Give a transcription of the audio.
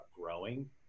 growing